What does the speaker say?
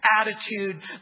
attitude